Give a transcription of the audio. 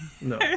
no